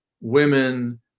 women